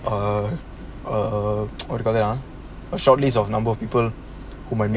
err err what you call that ah a shortlist of number of people who might